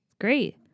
great